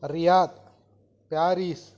Riyadh Paris